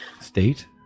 State